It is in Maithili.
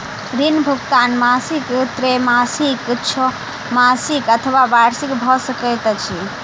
ऋण भुगतान मासिक त्रैमासिक, छौमासिक अथवा वार्षिक भ सकैत अछि